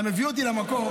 אתה מביא אותי למקום,